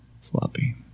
sloppy